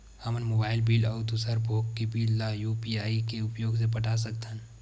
हमन mobile bill अउ दूसर भोग के बिल ला यू.पी.आई के उपयोग से पटा सकथन